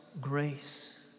grace